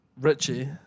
Richie